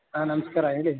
ಆಂ ನಮಸ್ಕಾರ ಹೇಳಿ